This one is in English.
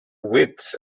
wits